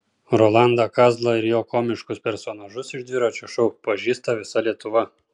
rolandą kazlą ir jo komiškus personažus iš dviračio šou pažįsta visa lietuva